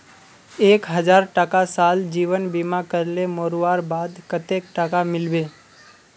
एक हजार टका साल जीवन बीमा करले मोरवार बाद कतेक टका मिलबे?